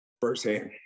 firsthand